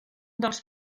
dels